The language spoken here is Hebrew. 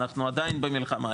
אנחנו עדיין במלחמה,